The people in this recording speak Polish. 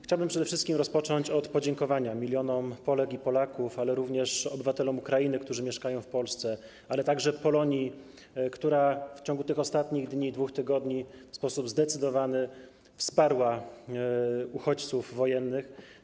Chciałbym rozpocząć przede wszystkim od podziękowania milionom Polek i Polaków, ale również obywatelom Ukrainy, którzy mieszkają w Polsce, a także Polonii, która w ciągu tych ostatnich dni, 2 tygodni, w sposób zdecydowany wsparła uchodźców wojennych.